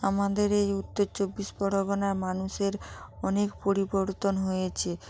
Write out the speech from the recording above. আমাদের এই উত্তর চব্বিশ পরগনার মানুষের অনেক পরিবর্তন হয়েছে